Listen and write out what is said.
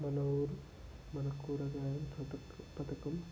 మన ఊరు మన కూరగాయల పథక పథకం